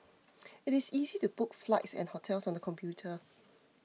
it is easy to book flights and hotels on the computer